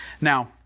Now